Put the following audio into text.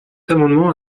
amendement